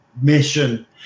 mission